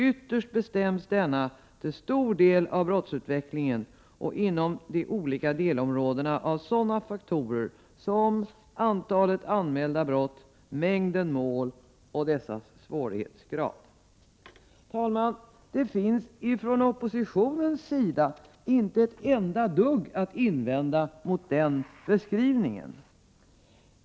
Ytterst bestäms denna till stor del av brottsutvecklingen och inom de olika delområdena av sådana faktorer som antalet anmälda brott, mängden mål och dessas svårighetsgrad”. Herr talman! Det finns från oppositionens sida ingenting att invända mot den beskrivningen.